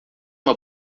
uma